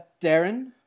darren